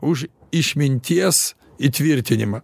už išminties įtvirtinimą